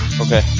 okay